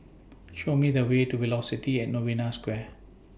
Show Me The Way to Velocity At Novena Square